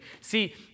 See